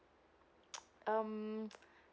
um